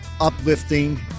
uplifting